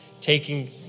taking